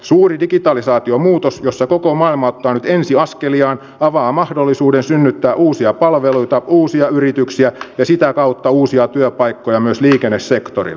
suuri digitalisaatiomuutos jossa koko maailma ottaa nyt ensiaskeliaan avaa mahdollisuuden synnyttää uusia palveluita uusia yrityksiä ja sitä kautta uusia työpaikkoja myös liikennesektorille